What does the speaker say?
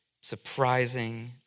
surprising